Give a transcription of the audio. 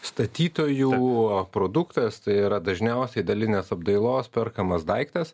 statytojų produktas tai yra dažniausiai dalinės apdailos perkamas daiktas